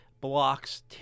Blocks